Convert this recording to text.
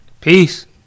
Peace